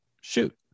shoot